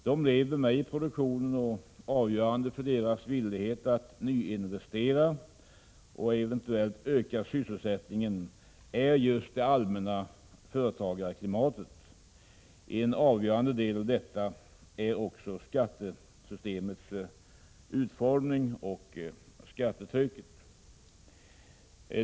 De lever med i produktionen, och avgörande för deras villighet att nyinvestera och eventuellt öka sysselsättningen är just det allmänna företagarklimatet. En avgörande del i detta är skattesystemets utformning och skattetrycket.